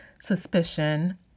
Suspicion